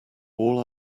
all